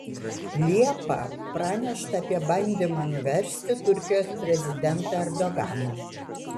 liepą pranešta apie bandymą nuversti turkijos prezidentą erdoganą